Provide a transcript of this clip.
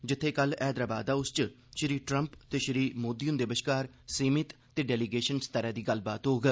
जित्थें कल्ल हैदराबाद च बी श्री ट्रंप ते श्री मोदी हुंदे बश्कार सीमित ते डैलीगेशन स्तरै दी गल्लबात होग